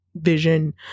Vision